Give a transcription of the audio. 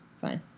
Fine